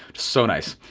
so nice.